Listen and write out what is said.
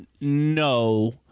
no